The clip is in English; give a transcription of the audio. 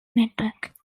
network